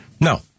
No